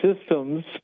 systems